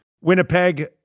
Winnipeg